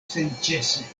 senĉese